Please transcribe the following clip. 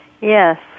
Yes